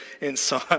inside